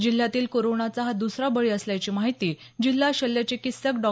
जिल्ह्यातील करोनाचा हा दुसरा बळी असल्याची माहिती जिल्हा शल्य चिकित्सक डॉ